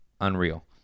unreal